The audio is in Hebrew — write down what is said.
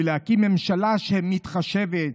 ולהקים ממשלה שמתחשבת,